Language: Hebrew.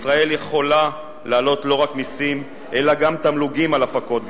ישראל יכולה להעלות לא רק מסים אלא גם תמלוגים על הפקות גז,